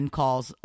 calls